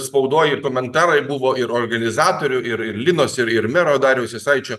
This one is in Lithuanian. spaudoj ir komentarai buvo ir organizatorių ir ir linos ir ir mero dariaus jasaičio